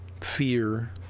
Fear